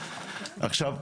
עכשיו,